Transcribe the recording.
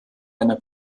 einer